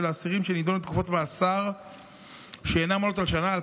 האסירים שנידונו לתקופות מאסר שאינן עולות על שנה.